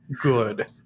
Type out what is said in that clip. good